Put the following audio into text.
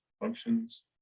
functions